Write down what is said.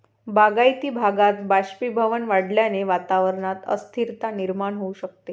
बागायती भागात बाष्पीभवन वाढल्याने वातावरणात अस्थिरता निर्माण होऊ शकते